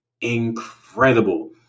Incredible